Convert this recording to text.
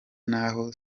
n’aho